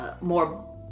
more